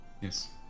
Yes